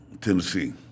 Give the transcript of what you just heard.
Tennessee